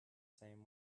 same